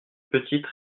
petite